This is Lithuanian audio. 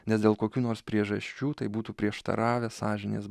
nes dėl kokių nors priežasčių tai būtų prieštaravę sąžinės